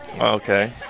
Okay